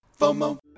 FOMO